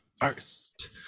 first